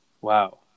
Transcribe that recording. Wow